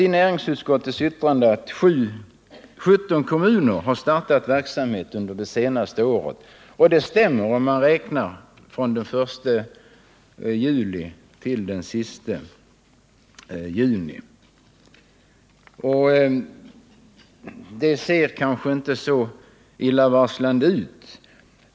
I näringsutskottets yttrande sägs att 17 kommuner startat verksamhet under det senaste året. Det stämmer om man räknar från den 1 juli till den 30 juni. Och det ser kanske inte så illavarslande ut.